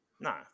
No